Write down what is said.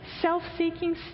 self-seeking